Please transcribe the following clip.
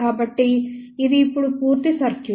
కాబట్టి ఇది ఇప్పుడు పూర్తి సర్క్యూట్